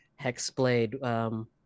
Hexblade